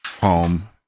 Home